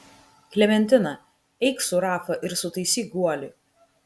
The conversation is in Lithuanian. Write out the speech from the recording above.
klementina eik su rafa ir sutaisyk guolį